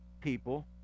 people